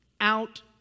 out